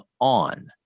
on